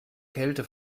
kälte